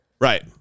Right